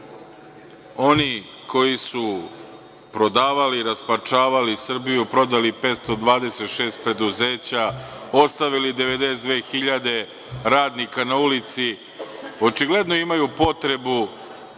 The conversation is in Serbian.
Oni koji su prodavali, rasparčavali Srbiju, prodali 526 preduzeća, ostavili 92.000 radnika na ulici, očigledno imaju potrebu